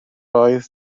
oedd